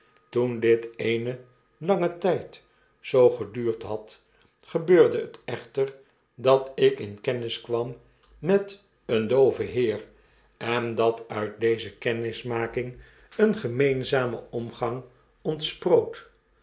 toen dit eenen langen tyd zoo geduurd had gebeurde het echter dat ik in kennis kwam met eenen dooven heer en dat uit deze kennismaking een gemeenzame omgang ontsproot